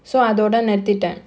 so அதோட நிறுத்திட்ட:athoda niruthitta